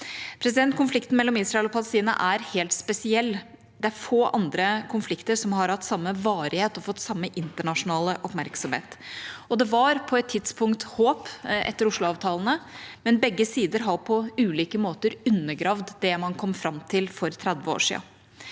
Konflikten mellom Israel og Palestina er helt spesiell. Det er få andre konflikter som har hatt samme varighet og fått samme internasjonale oppmerksomhet. Det var på et tidspunkt håp etter Oslo-avtalene, men begge sider har på ulike måter undergravd det man kom fram til for 30 år siden.